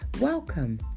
welcome